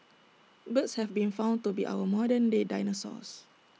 birds have been found to be our modern day dinosaurs